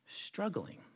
struggling